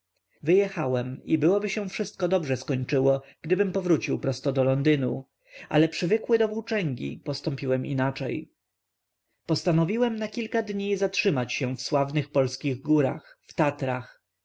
wyjechałem i byłoby się wszystko dobrze skończyło gdybym powrócił prosto do londynu ale przywykły do włóczęgi postąpiłem inaczej postanowiłem na kilka dni zatrzymać się w sławnych polskich górach w tatrach